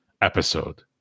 episode